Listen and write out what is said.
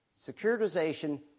Securitization